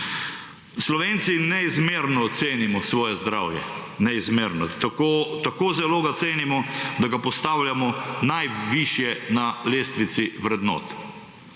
Slovenci neizmerno cenimo svoje zdravje. Neizmerno. Tako zelo ga cenimo, da ga postavljamo najvišje na lestvici vrednot.